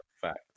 Fact